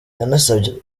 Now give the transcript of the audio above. yanasabye